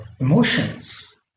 emotions